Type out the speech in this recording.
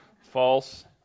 False